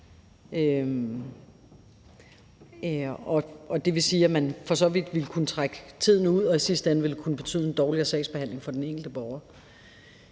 det vil sige, at man for så vidt ville kunne trække tiden ud, og i sidste ende ville det kunne betyde en dårligere sagsbehandling for den enkelte borger.